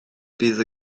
bydd